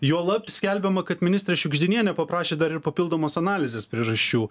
juolab skelbiama kad ministrė šiugždinienė paprašė dar ir papildomos analizės priežasčių